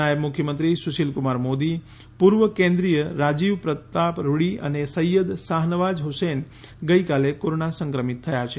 નાયબ મુખ્યમંત્રી સુશીલ કુમાર મોદી પૂર્વ કેન્દ્રિય રાજીવ પ્રતાપ રૂડી અને સૈયદ શાહનવાજ હુસૈન ગઈકાલે કોરોના સંક્રમિત થયા છે